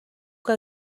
que